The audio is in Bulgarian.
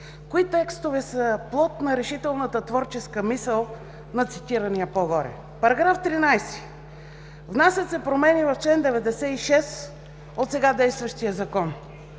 Кои текстове са плод на решителната творческа мисъл на цитирания по-горе? В § 13 „Внасят се промени в чл. 96 от сега действащия Закон,